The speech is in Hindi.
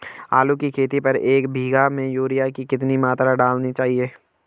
आलू की खेती पर एक बीघा में यूरिया की कितनी मात्रा डालनी चाहिए?